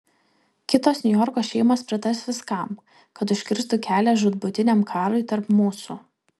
kitos niujorko šeimos pritars viskam kad užkirstų kelią žūtbūtiniam karui tarp mūsų